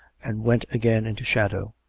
and went again into shadow.